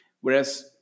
whereas